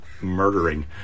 murdering